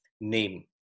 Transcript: name